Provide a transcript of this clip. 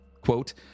quote